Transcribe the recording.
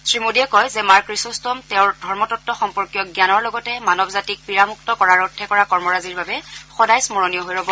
শ্ৰীমোদীয়ে কয় যে মাৰ ক্ৰীছ ষ্টম তেওঁৰ ধৰ্মতত্ব সম্পৰ্কীয় জানৰ লগতে মানৱ জাতিক পীড়ামুক্ত কৰাৰ অৰ্থে কৰা কৰ্মৰাজিৰ বাবে সদায় স্মৰণীয় হৈ ৰ'ব